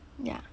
ya